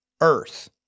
earth